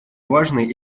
важные